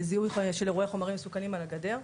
זיהוי של אירועי חומרים מסוכנים על הגדר.